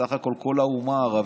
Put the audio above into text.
בסך הכול, כל האומה הערבית